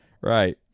Right